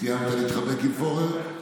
סיימת להתחבק עם פורר?